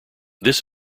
this